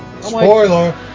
Spoiler